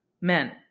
men